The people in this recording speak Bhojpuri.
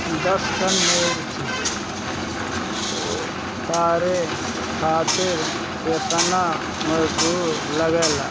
दस टन मिर्च उतारे खातीर केतना मजदुर लागेला?